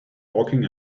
walking